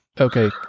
okay